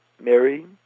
Mary